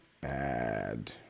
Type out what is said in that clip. bad